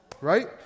Right